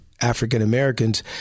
African-Americans